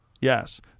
Yes